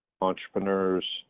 entrepreneurs